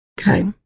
okay